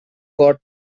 got